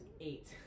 eight